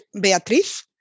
Beatriz